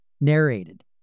narrated